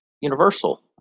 universal